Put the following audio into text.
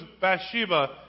Bathsheba